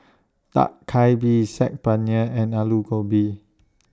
Dak Galbi Saag Paneer and Alu Gobi